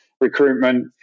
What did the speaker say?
Recruitment